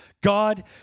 God